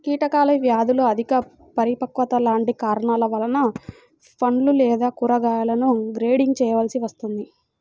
కీటకాలు, వ్యాధులు, అధిక పరిపక్వత లాంటి కారణాల వలన పండ్లు లేదా కూరగాయలను గ్రేడింగ్ చేయవలసి వస్తుంది